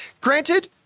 granted